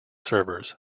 servers